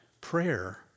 Prayer